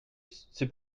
c’est